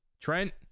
Trent